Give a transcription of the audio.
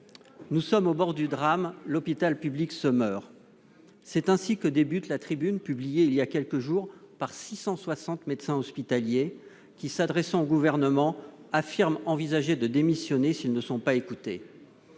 Nous sommes au bord du drame. L'hôpital public se meurt ». C'est ainsi que débute la tribune publiée il y a quelques jours par 660 médecins hospitaliers, lesquels, s'adressant au Gouvernement, affirment envisager de démissionner s'ils ne sont pas écoutés.